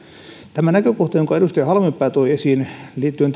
tämä näkökohta jonka edustaja halmeenpää toi esiin liittyen